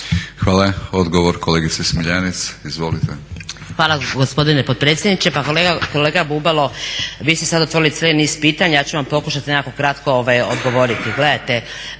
Hvala. Odgovor, kolegice Smiljanec izvolite.